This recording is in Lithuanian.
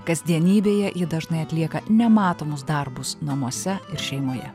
kasdienybėje ji dažnai atlieka nematomus darbus namuose ir šeimoje